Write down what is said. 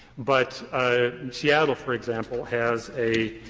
but seattle, for example, has a,